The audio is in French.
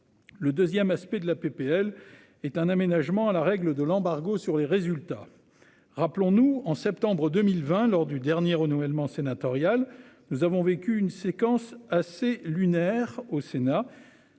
Le 2ème aspect de la PPL est un aménagement à la règle de l'embargo sur les résultats. Rappelons-nous en septembre 2020 lors du dernier renouvellement sénatorial. Nous avons vécu une séquence assez lunaire au Sénat.